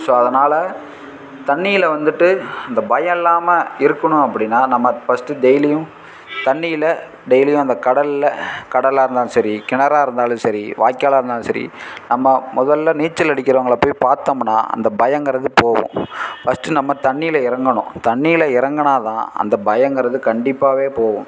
so அதனால் தண்ணியில் வந்துட்டு அந்த பயம் இல்லாமல் இருக்கணும் அப்படின்னா நம்ம பஸ்ட்டு டெய்லியும் தண்ணியில் டெய்லியும் அந்தக் கடலில் கடலாக இருந்தாலும் சரி கிணறாக இருந்தாலும் சரி வாய்க்காலாக இருந்தாலும் சரி நம்ம முதல்ல நீச்சல் அடிக்கிறவங்கள போய் பார்த்தோமுன்னா அந்த பயங்கிறது போகும் பஸ்ட்டு நம்ம தண்ணியில் இறங்கணும் தண்ணியில் இறங்குனா தான் அந்த பயங்கிறது கண்டிப்பாகவே போகும்